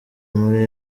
muri